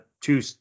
two